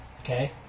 okay